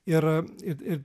ir ir ir